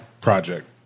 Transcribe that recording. project